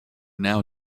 now